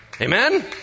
Amen